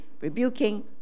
rebuking